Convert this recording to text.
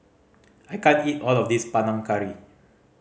I can't eat all of this Panang Curry